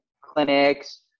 clinics